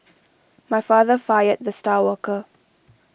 my father fired the star worker